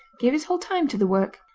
give his whole time to the work.